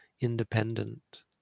independent